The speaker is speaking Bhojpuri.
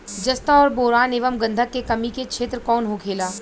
जस्ता और बोरान एंव गंधक के कमी के क्षेत्र कौन होखेला?